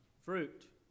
fruit